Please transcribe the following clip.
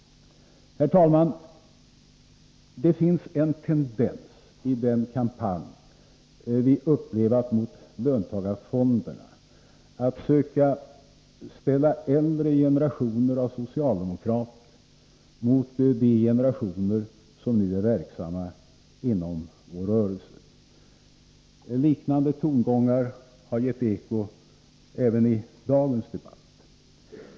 Herr talman! Det finns en tendens i den kampanj vi upplevt mot löntagarfonderna att söka ställa äldre generationer av socialdemokrater mot de generationer som nu är verksamma inom vår rörelse. Liknande tongångar har gett eko även i dagens debatt.